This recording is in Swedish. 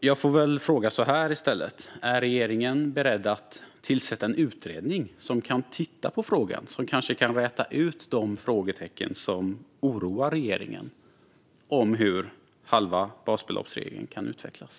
Jag får väl fråga så här i stället: Är regeringen beredd att tillsätta en utredning som kan titta på frågan och som kanske kan räta ut de frågetecken som oroar regeringen om hur halva basbelopp-regeln kan utvecklas?